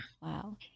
wow